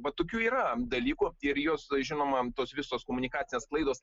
va tokių yra dalykų ir juos žinoma tos visos komunikacinės klaidos